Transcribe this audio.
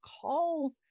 call